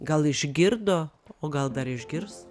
gal išgirdo o gal dar išgirs